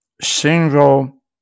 single